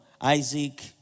Isaac